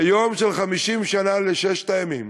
ביום של 50 שנה לששת הימים.